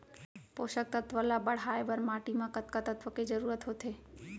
पोसक तत्व ला बढ़ाये बर माटी म कतका तत्व के जरूरत होथे?